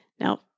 Now